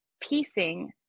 piecing